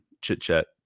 chit-chat